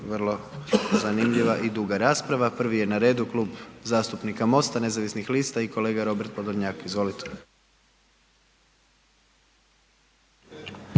vrlo zanimljiva i duga rasprava. Prvi je na redu Klub zastupnika MOST-a nezavisnih lista i kolega Robert Podolnjak. Izvolite.